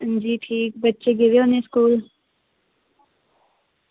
अंजी ठीक बच्चे गे होंदे स्कूल